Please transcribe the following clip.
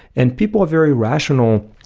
and people are very rational.